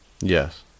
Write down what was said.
Yes